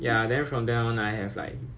Teo Heng Swee Heng